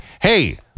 hey